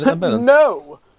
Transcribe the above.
no